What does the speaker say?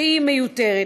שהיא מיותרת.